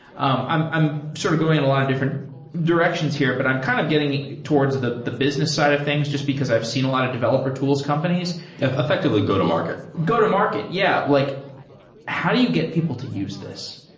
um i'm i'm sort of going in a lot of different directions here, but i'm kind of getting towards the the business side of things just because i've seen a lot of developer tools companies effectively go-to-market go-to-market. yeah. like how do you get people to use this?